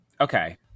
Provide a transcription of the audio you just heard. Okay